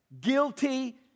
guilty